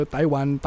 Taiwan